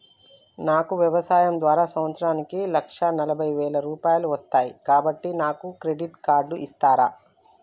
నాకు వ్యవసాయం ద్వారా సంవత్సరానికి లక్ష నలభై వేల రూపాయలు వస్తయ్, కాబట్టి నాకు క్రెడిట్ కార్డ్ ఇస్తరా?